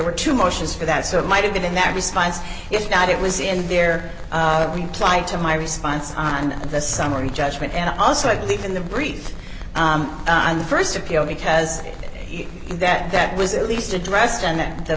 were two motions for that so it might have been in their response if not it was in their reply to my response on the summary judgment and also i believe in the briefs on the st appeal because that that was at least addressed and th